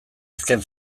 azken